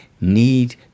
need